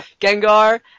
Gengar